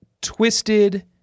twisted